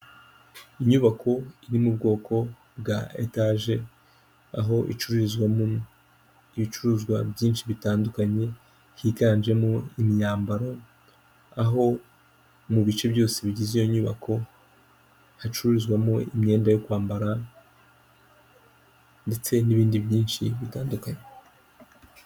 Inyubako iri mu bwoko bwa etaje, aho icuruzwamo ibicuruzwa byinshi bitandukanye, higanjemo imyambaro, aho mu bice byose bigize iyo nyubako hacururizwamo imyenda yo kwambara ndetse n'ibindi byinshi bitandukanye.